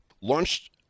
launched